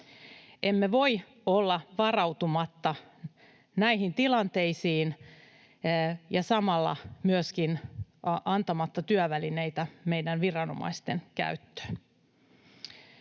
Emme voi olla varautumatta näihin tilanteisiin ja samalla myöskin antamatta työvälineitä meidän viranomaisten käyttöön.